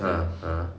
ah ah